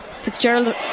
Fitzgerald